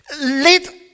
Let